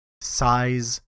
size